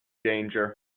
danger